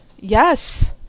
Yes